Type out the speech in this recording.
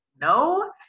No